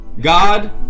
God